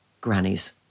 grannies